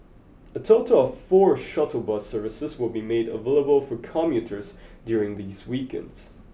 a total of four shuttle bus services will be made available for commuters during these weekends